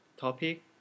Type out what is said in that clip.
topic